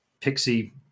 pixie